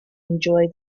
enjoy